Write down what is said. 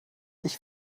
ich